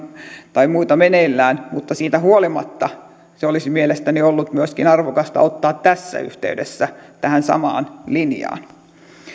tai muita meneillään mutta siitä huolimatta se olisi mielestäni ollut myöskin arvokasta ottaa tässä yhteydessä tähän samaan linjaan